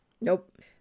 Nope